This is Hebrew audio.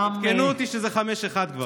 עדכנו אותי שזה 5:1 כבר.